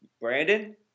Brandon